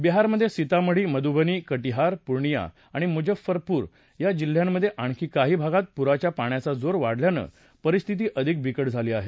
बिहारमधे सितामढी मधूबनी कटिहार पुर्णिया आणि मुजफ्फरपूर या जिल्ह्यांमधे आणखी काही भागात पुराच्या पाण्याचा जोर वाढल्यानं परिस्थिती अधिक बिकट झाली आहे